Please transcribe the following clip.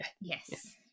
yes